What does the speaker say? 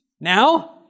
now